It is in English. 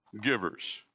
givers